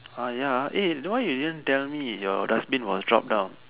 ya why you didn't tell me your dustbin was drop down